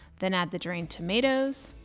then add the drained tomatoes,